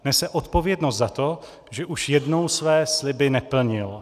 Nese odpovědnost za to, že už jednou své sliby neplnil.